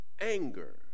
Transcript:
anger